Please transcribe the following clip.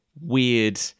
weird